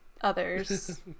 others